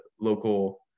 local